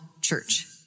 church